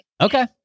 Okay